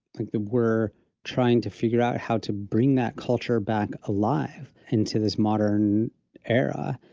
like the we're trying to figure out how to bring that culture back alive into this modern era.